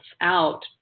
out